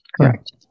Correct